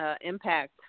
impact